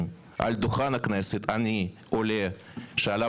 אני לא